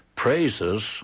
praises